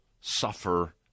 suffer